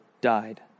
died